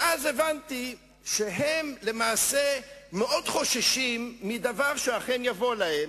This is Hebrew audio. ואז הבנתי שלמעשה הם מאוד חוששים מדבר שאכן יבוא להם,